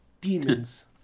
demons